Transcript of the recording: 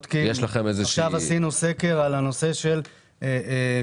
עכשיו עשינו סקר על הנושא של מזון.